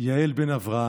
יעל בן אברהם,